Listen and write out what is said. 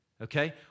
okay